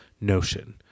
notion